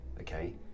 okay